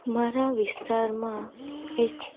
મારા વિસ્તારમાં એક